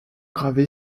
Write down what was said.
gravé